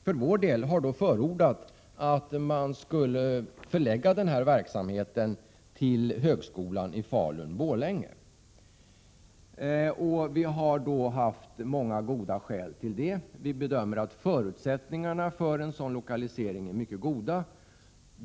För vår del har vi förordat att verksamheten skulle förläggas till högskolan i Falun/Borlänge. Vi har haft många goda skäl för det. Vi bedömer att förutsättningarna för en sådan lokalisering är mycket goda.